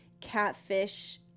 catfish